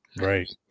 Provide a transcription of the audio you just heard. Right